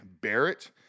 Barrett